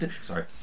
Sorry